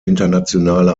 internationale